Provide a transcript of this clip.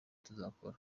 tuzabona